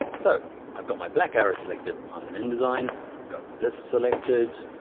so i've got my black arrow selected, i'm in indesign. i've got this selected.